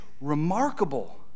remarkable